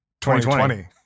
2020